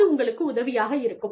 அது உங்களுக்கு உதவியாக இருக்கும்